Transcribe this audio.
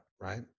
right